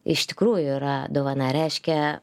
iš tikrųjų yra dovana reiškia